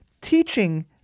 teaching